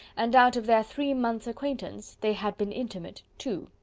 and out of their three months' acquaintance they had been intimate two.